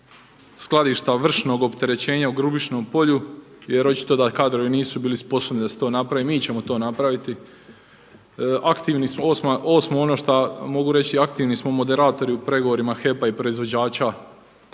skladišta vršnog opterećenja u Grubišnom Polju jer očito da kadrovi nisu bili sposobni da se to napravi. Mi ćemo to napraviti. Aktivni smo. Osmo ono šta mogu reći, aktivni smo moderatori u pregovorima HEP-a i proizvođača